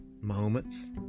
moments